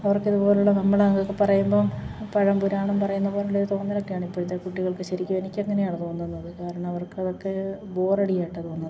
അവർക്കിതുപോലുള്ള നമ്മൾ അതൊക്കെ പറയുമ്പം പഴംപുരാണം പറയുന്ന പോലുള്ളൊരു തോന്നലൊക്കെയാണ് ഇപ്പോഴത്തെ കുട്ടികൾക്ക് ശരിക്കും എനിക്കങ്ങനെയാണ് തോന്നുന്നത് കാരണം അവർക്കതൊക്കെ ബോറടിയായിട്ടാണ് തോന്നുന്നത്